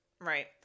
right